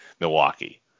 Milwaukee